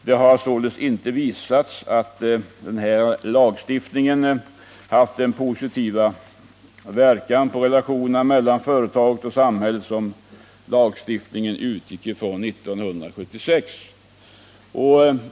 Det har således inte visats att lagstiftningen haft den positiva verkan på relationerna mellan företaget och samhället som lagstiftaren utgick ifrån år 1976.